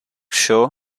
show